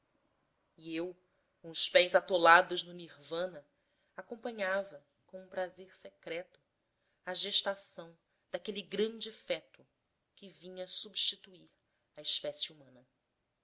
e eu com os pés atolados no nirvana acompanhava com um prazer secreto a gestação daquele grande feto que vinha substituir a espécie humana